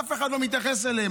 אף אחד לא מתייחס אליהן.